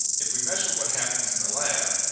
if we measure what happens in the lab,